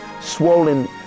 swollen